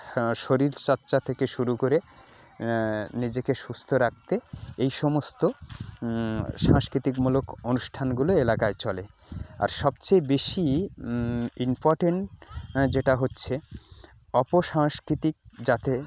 হ্যাঁ শরীরচর্চা থেকে শুরু করে নিজেকে সুস্থ রাখতে এই সমস্ত সংস্কৃতিমূলক অনুষ্ঠানগুলো এলাকায় চলে আর সবচেয়ে বেশি ইম্পর্ট্যান্ট যেটা হচ্ছে অপসংস্কৃতি যাতে